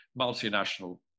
multinational